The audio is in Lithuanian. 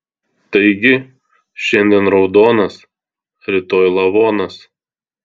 taigi šiandien raudonas rytoj lavonas